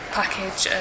package